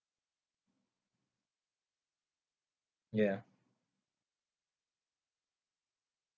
ya